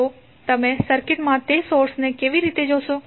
તો તમે સર્કિટમાં તે સોર્સને કેવી રીતે જોશો